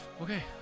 Okay